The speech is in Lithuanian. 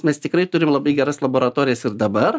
mes tikrai turim labai geras laboratorijas ir dabar